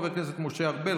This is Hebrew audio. חבר הכנסת משה ארבל,